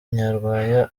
nyarwaya